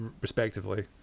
respectively